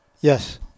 yes